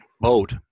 boat